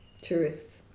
tourists